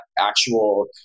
actual